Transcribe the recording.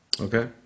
Okay